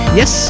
yes